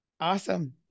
Awesome